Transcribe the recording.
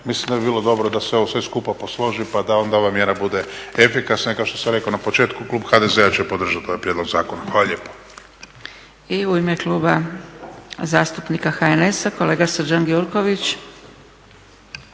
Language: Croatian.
mislim da bi bilo dobro da se ovo sve skupa posloži, pa da onda ova mjera bude efikasna. I kao što sam rekao na početku klub HDZ-a će podržati ovaj prijedlog zakona. Hvala lijepo. **Zgrebec, Dragica (SDP)** I u ime Kluba zastupnika HNS-a, kolega Srđan Gjurković.